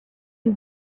you